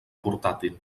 portàtil